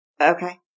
Okay